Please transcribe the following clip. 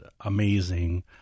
amazing